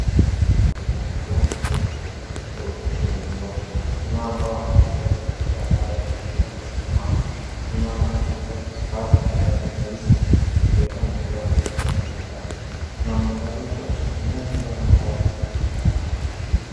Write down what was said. Umati wa watu unaonekana wakiwa wamevalia manguo ya rangi tofauti tofauti kwenye soko kuna ambao wanatembea kwenye barabara wengine wakisimama na kuuza ndani ye mabati meusi na kuuza mavazi ya aina mbali mbali kuna mwangaza kuashiria jua na hali tulivu ya anga.